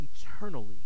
eternally